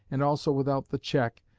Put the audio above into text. and also without the check,